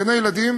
בגני-ילדים